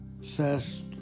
says